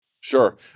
Sure